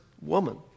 woman